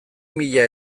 mila